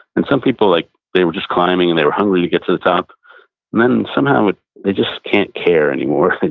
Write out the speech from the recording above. and some people, like they were just climbing and they were hungry to get to the top, and then somehow but they just can't care anymore,